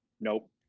Nope